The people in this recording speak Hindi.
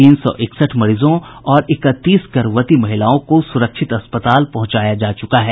तीन सौ इकसठ मरीजों और इकतीस गर्भवती महिलाओं को सुरक्षित अस्पताल पहुंचाया जा चुका है